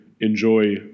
enjoy